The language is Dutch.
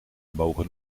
mogen